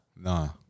no